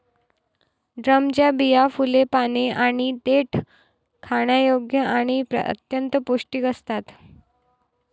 ड्रमच्या बिया, फुले, पाने आणि देठ खाण्यायोग्य आणि अत्यंत पौष्टिक असतात